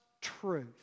truth